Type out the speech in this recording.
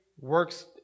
works